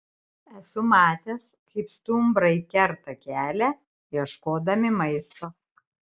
esu matęs kaip stumbrai kerta kelią ieškodami maisto